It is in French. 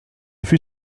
fut